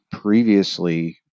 previously